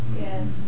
Yes